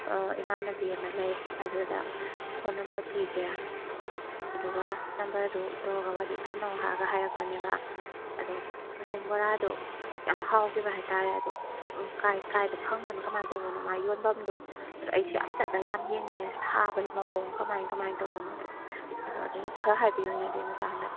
ꯏꯃꯥꯟꯅꯕꯤ ꯑꯃ ꯂꯩ ꯑꯗꯨꯗ ꯐꯣꯟ ꯅꯝꯕꯔ ꯄꯤꯒꯦ ꯑꯗꯨꯒ ꯅꯝꯕꯔꯗꯨ ꯇꯧꯔꯒ ꯋꯥꯔꯤ ꯁꯥꯟꯅꯧ ꯍꯥꯏꯔꯒ ꯍꯥꯏꯔꯛꯄꯅꯦꯕ ꯑꯗꯣ ꯀꯛꯆꯤꯡ ꯕꯣꯔꯥꯗꯣ ꯌꯥꯝ ꯍꯥꯎꯈꯤꯕ ꯍꯥꯏꯇꯥꯔꯦ ꯑꯗꯣ ꯀꯥꯏ ꯀꯥꯏꯗ ꯐꯪꯕꯅꯣ ꯀꯃꯥꯏꯅ ꯇꯧꯕꯅꯣ ꯃꯥꯒꯤ ꯌꯣꯟꯐꯝꯗꯣ ꯑꯗ ꯑꯩꯁꯦ ꯌꯥꯝ ꯆꯠꯂ ꯌꯥꯝ ꯌꯦꯡꯅꯤꯡꯉꯦ ꯁꯥꯕꯩ ꯃꯑꯣꯡ ꯀꯃꯥꯏ ꯀꯃꯥꯏꯅ ꯇꯧꯕꯅꯣꯗꯣ ꯑꯗꯣ ꯑꯗꯨ ꯈꯔ ꯍꯥꯏꯕꯤꯌꯨꯅꯦ ꯑꯗꯨꯏ ꯃꯇꯥꯡꯗ